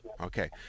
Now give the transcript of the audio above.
Okay